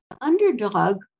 underdog